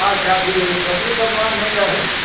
ଆଚ୍ଛା ଠିକ୍ ଅଛେ ପଇଁତିରିଶ ଶହ ଟଙ୍କା ନେଇ ଯା ଭାଇ